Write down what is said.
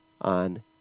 on